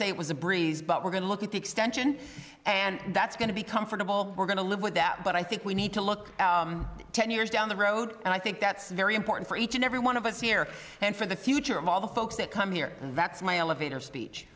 say it was a breeze but we're going to look at the extension and that's going to be comfortable we're going to live with that but i think we need to look ten years down the road and i think that's very important for each and every one of us here and for the future of all the folks that come here and that's my elevator speech